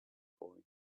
boy